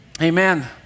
Amen